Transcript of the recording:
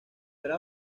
era